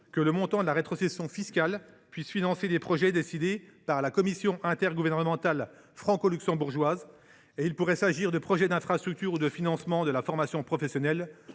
par le montant de la rétrocession fiscale des projets décidés par la commission intergouvernementale franco luxembourgeoise. Il pourrait s’agir de projets d’infrastructures ou de financement de la formation professionnelle,